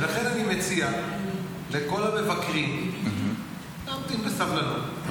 ולכן אני מציע לכל המבקרים להמתין בסבלנות,